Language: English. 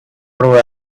true